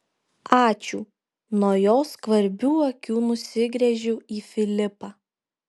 ačiū nuo jo skvarbių akių nusigręžiu į filipą